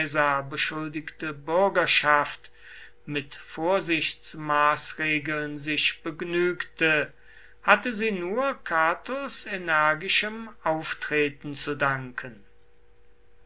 beschuldigte bürgerschaft mit vorsichtsmaßregeln sich begnügte hatte sie nur catos energischem auftreten zu danken